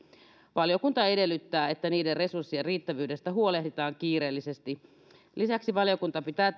valiokunta edellyttää että niiden resurssien riittävyydestä huolehditaan kiireellisesti lisäksi valiokunta pitää